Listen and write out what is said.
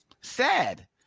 sad